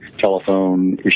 telephone